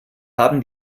haben